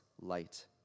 light